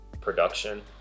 production